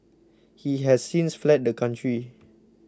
he has since fled the country